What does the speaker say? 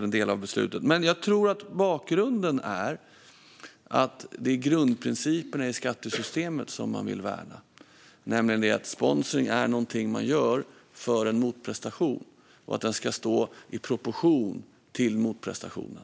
en del av beslutet på det sättet. Jag tror att bakgrunden är att man vill värna grundprinciperna i skattesystemet, nämligen att sponsring är något som görs för en motprestation och att det ska stå i proportion till motprestationen.